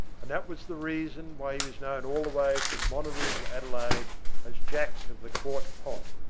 and that was the reason why he was known all the way from monaroo to adelaide as jack of the quart pot.